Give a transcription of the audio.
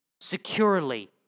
securely